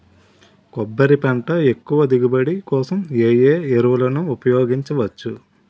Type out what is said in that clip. కొబ్బరి పంట ఎక్కువ దిగుబడి కోసం ఏ ఏ ఎరువులను ఉపయోగించచ్చు?